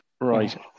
Right